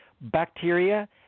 bacteria